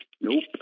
Nope